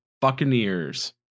Buccaneers